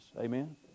Amen